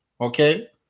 okay